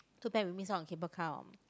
too bad we miss out on cable car orh